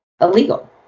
illegal